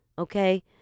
Okay